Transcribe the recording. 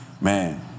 man